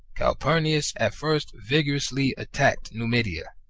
calpurnius at first vigorously attacked numidia,